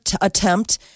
attempt